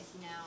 now